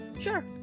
Sure